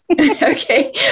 Okay